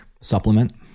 supplement